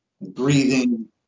breathing